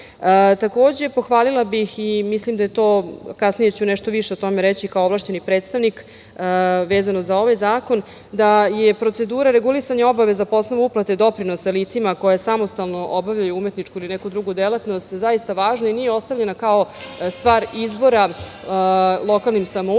pohvalila bih, kasnije ću nešto više o tome reći kao ovlašćeni predstavnik, vezano za ovaj zakon da je procedura regulisanja obaveza po osnovu uplate doprinosa licima koja samostalno obavljaju umetničku ili neku drugu delatnost važno i nije ostavljena kao stvar izbora lokalnim samoupravama,